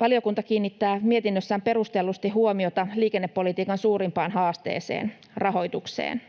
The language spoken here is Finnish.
Valiokunta kiinnittää mietinnössään perustellusti huomiota liikennepolitiikan suurimpaan haasteeseen, rahoitukseen.